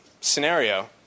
scenario